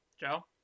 joe